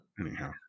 Anyhow